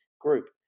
group